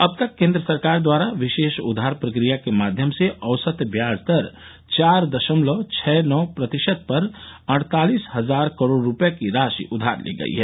अब तक केंद्र सरकार द्वारा विशेष उधार प्रक्रिया के माध्यम से औसत ब्याज दर चार दशमलव छह नौ प्रतिशत पर अड़तालिस हजार करोड़ रुपये की राशि उधार ली गई है